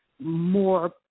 more